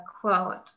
quote